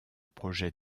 projet